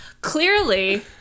Clearly